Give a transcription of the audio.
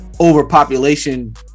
overpopulation